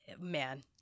man